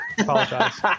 apologize